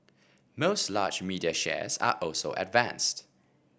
most large media shares also advanced